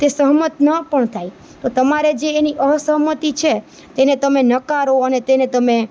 તે સહમત ન પણ થાય તો તમારે જે એની અસહમતી છે તેને તમે નકારો અને તેને તમે